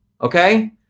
Okay